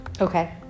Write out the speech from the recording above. Okay